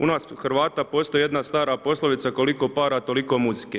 U nas Hrvata postoji jedna stara poslovica, koliko para toliko muzike.